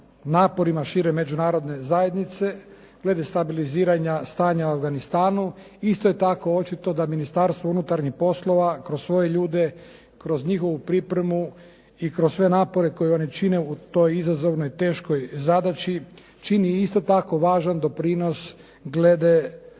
naporima šire Međunarodne zajednice glede stabiliziranja stanja u Afganistanu. Isto je tako očito da Ministarstvo unutarnjih poslova kroz svoje ljude, kroz njihovu pripremu i kroz sve napore koje oni čine u toj izazovnoj teškoj zadaći čini isto tako važan doprinos glede